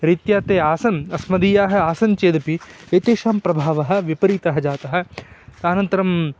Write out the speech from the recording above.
रीत्या ते आसन् अस्मदीयाः आसन् चेदपि एतेषां प्रभावः विपरीतः जातः अनन्तरम्